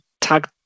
tag